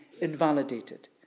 invalidated